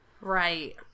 Right